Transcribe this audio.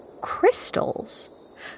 crystals